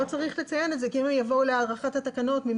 בגלל שאנחנו לא אומרים במפורש שצריך לתת קדימות לאנשים